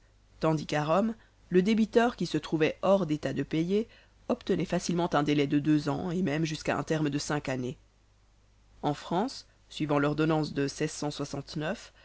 tandis qu'à rome le débiteur qui se trouvait hors d'état de payer obtenait facilement un délai de deux ans et même jusqu'à un terme de cinq années en france suivant l'ordonnance de